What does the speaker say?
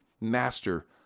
master